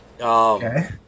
Okay